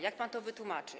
Jak pan to wytłumaczy?